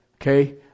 Okay